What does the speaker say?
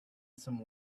some